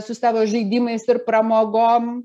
su savo žaidimais ir pramogom